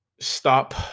stop